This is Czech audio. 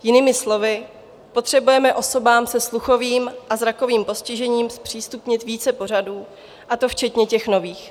Jinými slovy, potřebujeme osobám se sluchovým a zrakovým postižením zpřístupnit více pořadů, a to včetně těch nových.